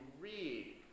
read